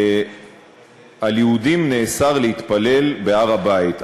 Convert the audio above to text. על יהודים נאסר להתפלל בהר-הבית.